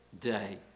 day